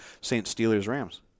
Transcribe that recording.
Saints-Steelers-Rams